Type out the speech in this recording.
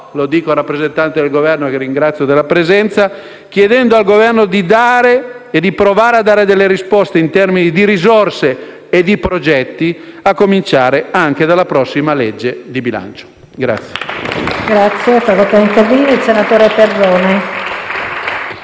lo dico al rappresentante del Governo che ringrazio per la sua presenza - di dare e di provare a dare delle risposte in termini di risorse e di progetti, a cominciare anche della prossima legge di bilancio.